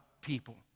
people